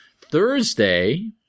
Thursday